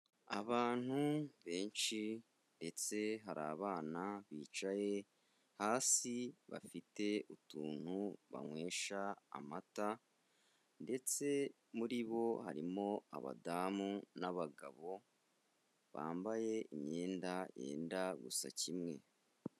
Abantu benshi ndetse hari abana bicaye hasi, bafite utuntu banywesha amata ndetse muri bo harimo abadamu n'abagabo, bambaye imyenda yenda gusa kimwe.